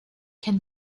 can